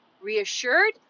reassured